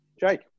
Jake